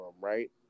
right